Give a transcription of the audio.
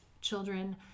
children